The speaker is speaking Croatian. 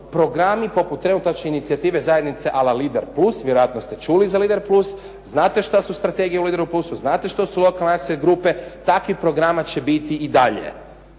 programi poput trenutačne inicijative zajednice ala "Lider plus", vjerojatno ste čuli za "Lider plus". Znate šta su strategije u "Lider plusu", znate šta su lokalne akcije grupe. Takvih programa će biti i dalje.